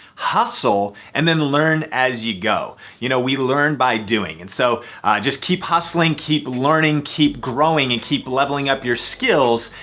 hustle. and then learn as you go. you know we learn by doing. and so just keep hustling, keep learning, keep growing, and keep leveling up your skills,